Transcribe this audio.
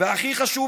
והכי חשוב,